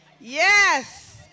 Yes